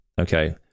okay